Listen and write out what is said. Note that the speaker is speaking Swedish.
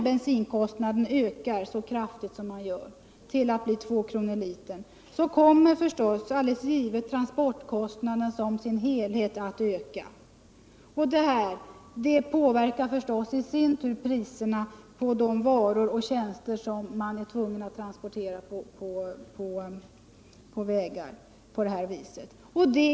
litern kommer förstås — det hann jag inte redogöra för i min förra replik — transportkostnaderna som helhet att öka, och det påverkar i sin tur priserna på de varor och tjänster som kräver transport på vägar.